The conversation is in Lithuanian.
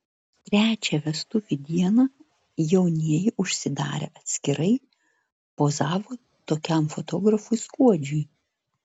trečią vestuvių dieną jaunieji užsidarę atskirai pozavo tokiam fotografui skuodžiui